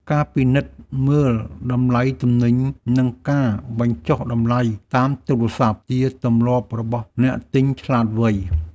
ការពិនិត្យមើលតម្លៃទំនិញ និងការបញ្ចុះតម្លៃតាមទូរស័ព្ទ ជាទម្លាប់របស់អ្នកទិញឆ្លាតវៃ។